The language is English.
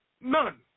None